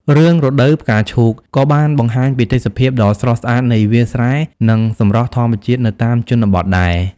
រឿង រដូវផ្កាឈូក ក៏បានបង្ហាញពីទេសភាពដ៏ស្រស់ស្អាតនៃវាលស្រែ និងសម្រស់ធម្មជាតិនៅតាមជនបទដែរ។